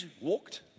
walked